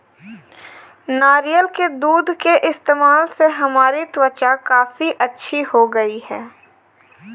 नारियल के दूध के इस्तेमाल से हमारी त्वचा काफी अच्छी हो गई है